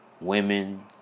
Women